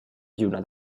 lluna